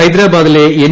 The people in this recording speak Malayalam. ഹൈദ്രാബാ ദിലെ എൻ